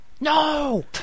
No